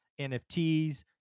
NFTs